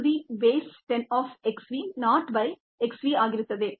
303 by k d log to the base 10 of x v not by x v ಆಗಿರುತ್ತದೆ